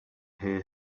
hear